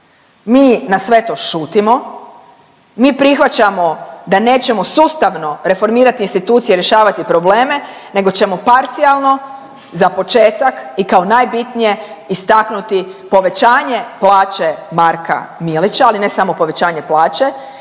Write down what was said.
Mi na sve to šutimo, mi prihvaćamo da nećemo sustavno reformirati institucije, rješavati probleme nego ćemo parcijalno za početak i kao najbitnije istaknuti povećanje plaće Marka Milića. Ali ne samo povećanje plaće,